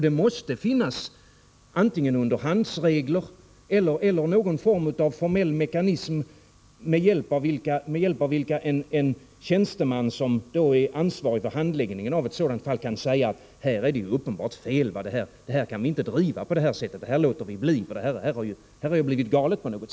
Det måste antingen finnas undantagsregler eller någon formell mekanism med hjälp av vilken en tjänsteman som är ansvarig för handläggningen av ett sådant fall kan säga: Här rör det sig om ett uppenbart fel, och här kan vi inte kräva den enskilde på pengar.